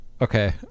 Okay